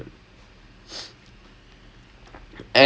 eh ya ya ya I know what you mean I know what you mean